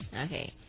Okay